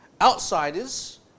outsiders